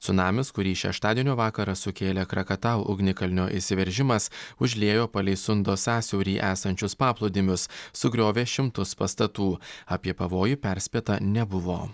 cunamis kurį šeštadienio vakarą sukėlė krakatau ugnikalnio išsiveržimas užliejo palei sundo sąsiaurį esančius paplūdimius sugriovė šimtus pastatų apie pavojų perspėta nebuvo